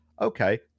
Okay